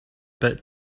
bit